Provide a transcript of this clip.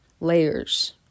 layers